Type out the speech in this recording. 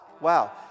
wow